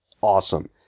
awesome